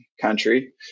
country